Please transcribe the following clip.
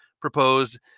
proposed